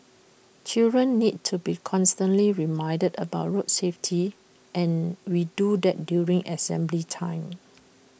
children need to be constantly reminded about road safety and we do that during assembly time